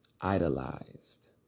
idolized